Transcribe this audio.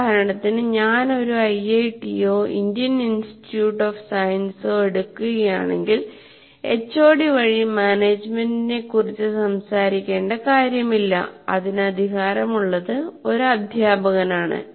ഉദാഹരണത്തിന് ഞാൻ ഒരു ഐഐടിയോ ഇന്ത്യൻ ഇൻസ്റ്റിറ്റ്യൂട്ട് ഓഫ് സയൻസോ എടുക്കുകയാണെങ്കിൽ എച്ച്ഒഡി വഴി മാനേജ്മെന്റിനെക്കുറിച്ച് സംസാരിക്കേണ്ട ആവശ്യമില്ല അതിന് അധികാരമുള്ളത് ഒരു അധ്യാപകനാണ്